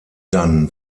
dann